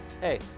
hey